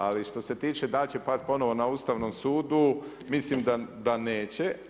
Ali što se tiče da li će pasti ponovno na Ustavnom sudu mislim da neće.